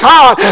God